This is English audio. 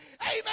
Amen